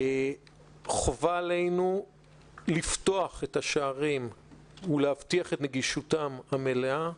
חובה עלינו לפתוח את השערים ולהבטיח את נגישותם המלאה.